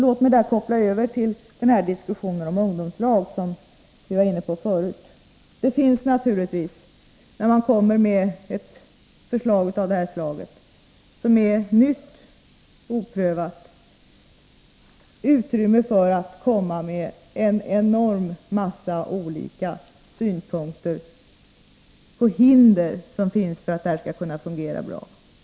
Låt mig här koppla över till diskussionen om ungdomslag, som vi var inne på förut. Det finns naturligtvis, när man kommer med ett förslag av den här typen, som är nytt och oprövat, utrymme för en mängd olika synpunkter som pekar på hinder för att det här skall kunna fungera bra.